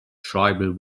tribal